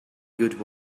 good